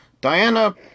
Diana